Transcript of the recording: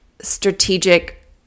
strategic